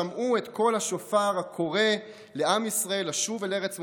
שמעו את קול השופר הקורא לעם ישראל לשוב אל ארץ מולדתו.